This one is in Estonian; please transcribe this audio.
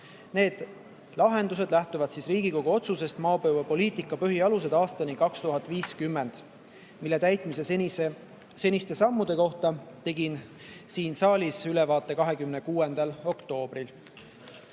Need lahendused lähtuvad Riigikogu otsusest "Maapõuepoliitika põhialused aastani 2050", mille täitmise seniste sammude kohta tegin siin saalis ülevaate 26. oktoobril. Lisaks